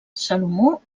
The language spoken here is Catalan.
salomó